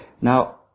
Now